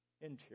interior